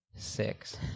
six